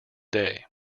day